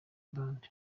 band